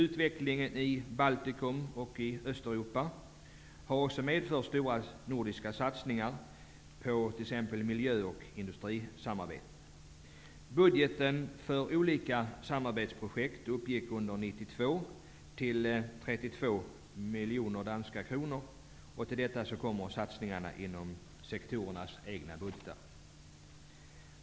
Utvecklingen i Baltikum och Östeuropa har också medfört stora nordiska satsningar, t.ex. miljö och industrisamarbete. Budgeten för olika samarbetsprojekt uppgick under 1992 till 32 miljoner danska kronor. Till detta kommer satsningarna inom sektorernas egna budgetar.